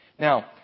Now